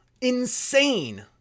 Insane